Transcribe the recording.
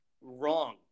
wrong